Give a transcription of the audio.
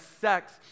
sex